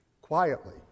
quietly